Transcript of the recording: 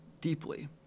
deeply